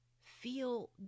feel